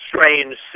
strange